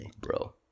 bro